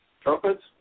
Trumpets